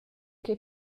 che